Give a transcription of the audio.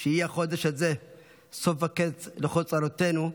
"יהי החודש הזה סוף וקץ לכל צרותינו,